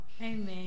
Amen